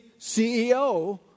CEO